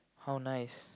how nice